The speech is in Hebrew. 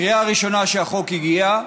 בקריאה הראשונה, כשהחוק הגיע,